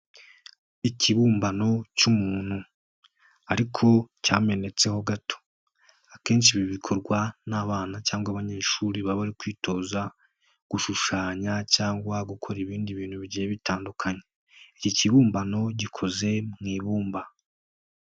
Ikibumbano cy'umuntu, ariko cyamenetseho gato. Akenshi ibi bikorwa n'abana cyangwa abanyeshuri baba bari kwitoza, gushushanya cyangwa gukora ibindi bintu bigiye bitandukanye. Iki kibumbano gikozwe mu ibumba.